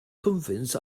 convince